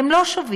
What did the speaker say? הם לא שווים.